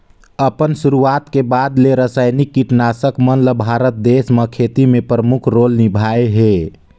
अपन शुरुआत के बाद ले रसायनिक कीटनाशक मन ल भारत देश म खेती में प्रमुख रोल निभाए हे